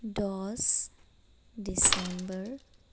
দহ ডিচেম্বৰ